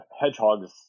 hedgehogs